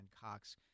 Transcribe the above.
Cox